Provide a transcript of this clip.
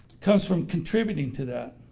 comes from contributing to that,